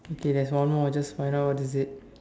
okay there's one more just find out what is it